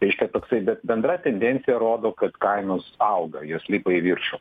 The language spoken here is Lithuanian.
reiškia toksai bet bendra tendencija rodo kad kainos auga jos lipa į viršų